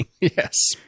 Yes